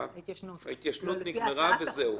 ההתיישנות נגמרה וזהו.